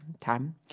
time